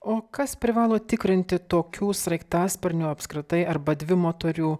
o kas privalo tikrinti tokių sraigtasparnių apskritai arba dvimotorių